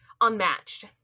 unmatched